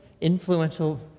influential